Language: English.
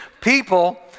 people